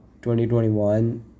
2021